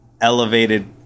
elevated